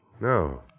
No